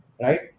right